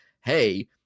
hey